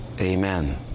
amen